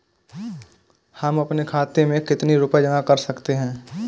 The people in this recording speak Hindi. हम अपने खाते में कितनी रूपए जमा कर सकते हैं?